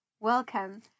Welcome